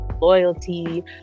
loyalty